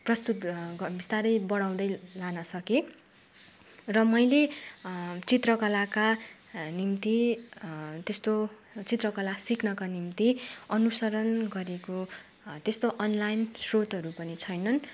प्रस्तुत ग बिस्तारै बढाउँदै लान सकेँ र मैले चित्रकलाका निम्ति त्यस्तो चित्रकला सिक्नका निम्ति अनुसरण गरेको त्यस्तो अनलाइन स्रोतहरू पनि छैनन्